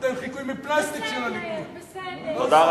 אתם חיקוי מפלסטיק של הליכוד, בסדר,